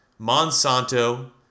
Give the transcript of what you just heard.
monsanto